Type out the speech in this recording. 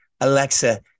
Alexa